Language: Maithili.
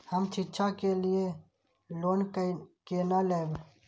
हम शिक्षा के लिए लोन केना लैब?